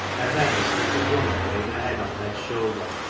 and then the stricken woman laid her head on ned's shoulder,